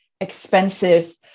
expensive